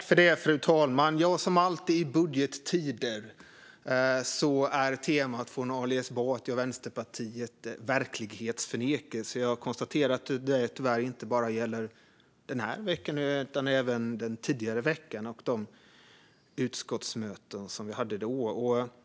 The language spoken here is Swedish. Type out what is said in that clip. Fru talman! Som alltid i budgettider är temat från Ali Esbati och Vänsterpartiet verklighetsförnekelse. Jag konstaterar att det tyvärr inte bara gäller denna vecka utan även gällde den tidigare veckan och de utskottsmöten vi hade då.